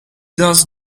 does